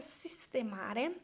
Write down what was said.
sistemare